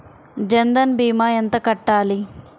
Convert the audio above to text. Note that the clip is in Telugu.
జన్ధన్ భీమా ఎంత కట్టాలి?